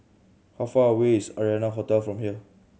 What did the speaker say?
how far away is Arianna Hotel from here